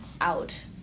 out